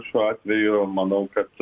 šiuo atveju manau kad